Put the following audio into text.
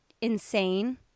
insane